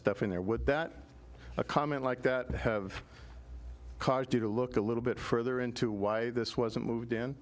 stuff in there would that a comment like that have caused you to look a little bit further into why this wasn't moved in